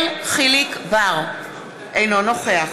אינו נוכח